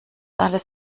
alles